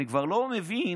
אני כבר לא מבין